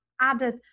added